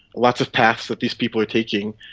lots of paths that these people are taking,